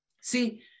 See